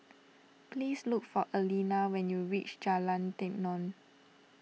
please look for Aleena when you reach Jalan Tenon